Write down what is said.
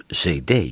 cd